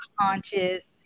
conscious